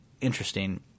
interesting